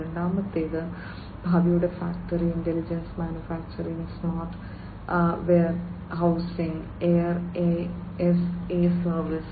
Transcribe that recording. രണ്ടാമത്തേത് ഭാവിയുടെ factory intelligent manufacturing smart warehousing air as a service